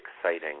exciting